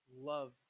love